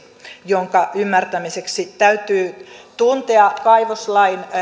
jonka ymmärtämiseksi täytyy tuntea kaivoslain